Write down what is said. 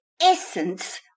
essence